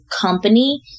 company